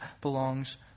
belongs